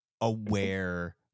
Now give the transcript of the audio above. aware